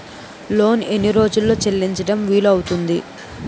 Loan ఎన్ని రోజుల్లో చెల్లించడం వీలు అవుతుంది?